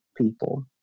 people